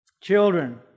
children